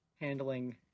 handling